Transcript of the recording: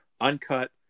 uncut